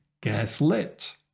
gaslit